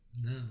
No